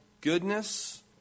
goodness